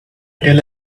tell